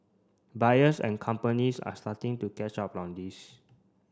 buyers and companies are starting to catch up on this